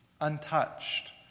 untouched